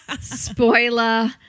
spoiler